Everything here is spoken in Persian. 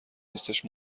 دوستش